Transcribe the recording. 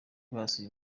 basuye